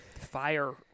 Fire